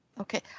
Okay